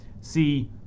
see